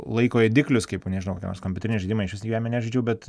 laiko ėdiklius kaip nežinau kokie nors kompiuteriniai žaidimai išvis gyvenime nežaidžiau bet